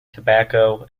tobacco